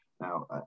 Now